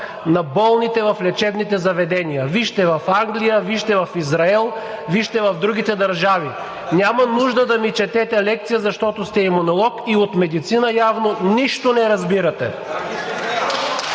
на болните в лечебните заведения, вижте в Англия, вижте в Израел, вижте в другите държави. Няма нужда да ни четете лекция, защото сте имунолог и от медицина явно нищо не разбирате.